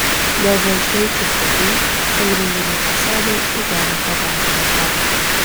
dėl vienšlaičių stogų pagrindiniai fasadai įgavę kvadratinę formą